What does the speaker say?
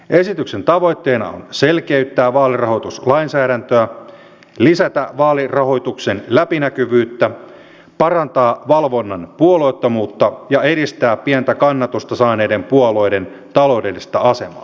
esityksen tavoitteena on selkeyttää vaalirahoituslainsäädäntöä lisätä vaalirahoituksen läpinäkyvyyttä parantaa valvonnan puolueettomuutta ja edistää pientä kannatusta saaneiden puolueiden taloudellista asemaa